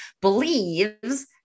believes